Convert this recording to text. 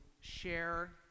share